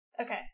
Okay